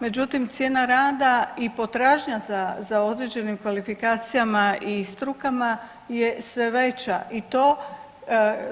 Međutim, cijena rada i potražnja za određenim kvalifikacijama i strukama je sve veća i to